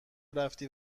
رفتی